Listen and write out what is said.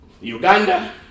Uganda